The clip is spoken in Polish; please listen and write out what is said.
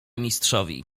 mistrzowi